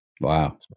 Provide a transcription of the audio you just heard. Wow